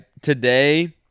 today